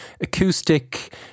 acoustic